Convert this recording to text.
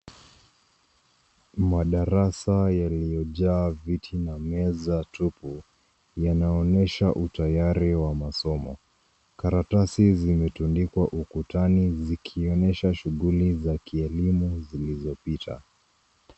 Madarasa yaliyojaa viti na meza tupu yanaonyesha utayari wa masomo. Karatasi zimetundikwa ukutani zikionesha shughuli za kielimu zilizopita.